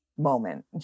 moment